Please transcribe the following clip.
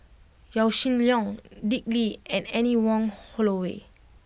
Yaw Shin Leong Dick Lee and Anne Wong Holloway